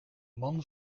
man